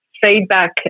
feedback